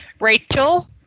Rachel